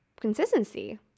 consistency